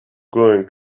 going